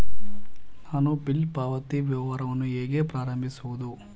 ನಾನು ಬಿಲ್ ಪಾವತಿ ವ್ಯವಹಾರವನ್ನು ಹೇಗೆ ಪ್ರಾರಂಭಿಸುವುದು?